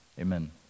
amen